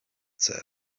said